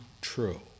true